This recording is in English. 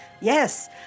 Yes